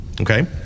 okay